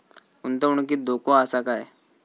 गुंतवणुकीत धोको आसा काय?